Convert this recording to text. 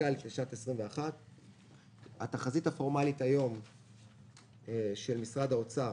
הפיסקלית הנוכחית לשנת 21. התחזית הפורמלית היום של משרד האוצר